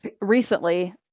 recently